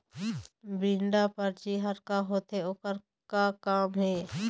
Withdraw परची हर का होते, ओकर का काम हे?